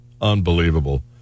Unbelievable